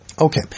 Okay